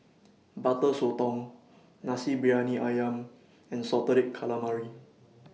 Butter Sotong Nasi Briyani Ayam and Salted Calamari